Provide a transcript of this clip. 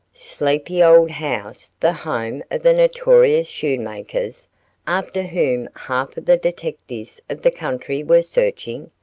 sleepy old house the home of the notorious schoenmakers after whom half of the detectives of the country were searching?